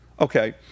Okay